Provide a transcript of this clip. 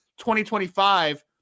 2025